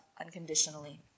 unconditionally